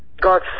God